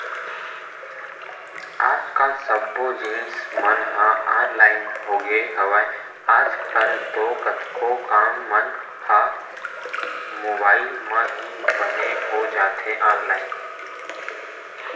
आज कल सब्बो जिनिस मन ह ऑनलाइन होगे हवय, आज कल तो कतको काम मन ह मुबाइल म ही बने हो जाथे ऑनलाइन